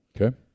Okay